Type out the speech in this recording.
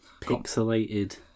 Pixelated